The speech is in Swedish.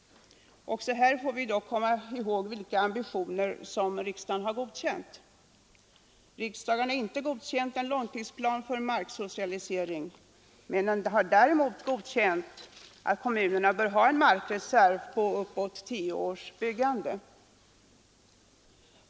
Också här får vi dock komma ihåg vilka ambitioner riksdagen har godkänt. Riksdagen har inte godkänt en långtidsplan för marksocialisering. Den har däremot godkänt att kommunerna bör ha en markreserv för uppåt tio års byggande.